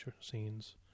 scenes